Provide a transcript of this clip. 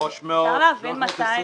אפשר להבין מתי?